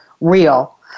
real